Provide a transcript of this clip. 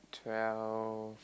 twelve